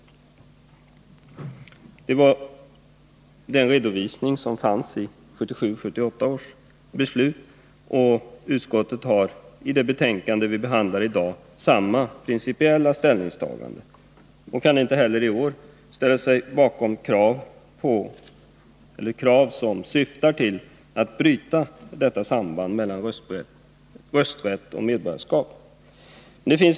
— Detta var den redovisning som 105 Utskottet har i det betänkande som vi behandlar i dag samma principiella ställningstagande och kan inte heller i år ställa sig bakom krav som syftar till att bryta sambandet mellan rösträtt och medborgarskap.